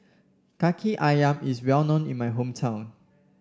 Kaki ayam is well known in my hometown